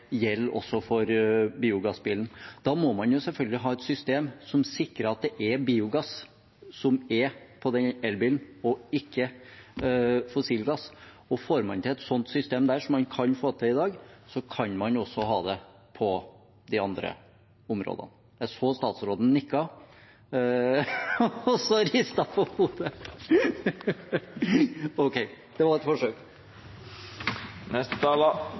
også for biogassbilen. Da må man selvfølgelig ha et system som sikrer at det er biogass som er på denne bilen, ikke fossilgass. Får man til et slikt system der – som man kan få til i dag – kan man også ha det på de andre områdene. Jeg så at statsråden nikket – og så ristet han på hodet. OK – det var et forsøk.